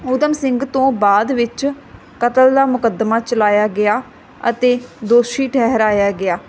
ਊਧਮ ਸਿੰਘ ਤੋਂ ਬਾਅਦ ਵਿੱਚ ਕਤਲ ਦਾ ਮੁਕੱਦਮਾ ਚਲਾਇਆ ਗਿਆ ਅਤੇ ਦੋਸ਼ੀ ਠਹਿਰਾਇਆ ਗਿਆ